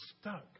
stuck